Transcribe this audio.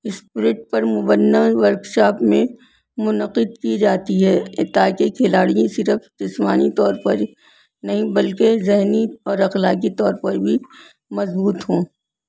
spirit پر مبنی workshop میں منعقد کی جاتی ہے تاکہ کھلاڑی صرف جسمانی طور پر نہیں بلکہ ذہنی اور اخلاقی طور پر بھی مضبوط ہوں